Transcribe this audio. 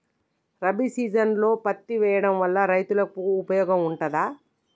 రబీ సీజన్లో పత్తి వేయడం వల్ల రైతులకు ఉపయోగం ఉంటదా?